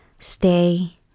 stay